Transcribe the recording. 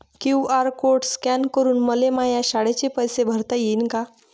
QR code scan करून मले माया शाळेचे पैसे भरता येईन का?